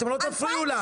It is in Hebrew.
אתם לא תפריעו לה,